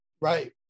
Right